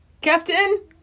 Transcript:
Captain